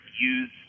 use